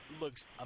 looks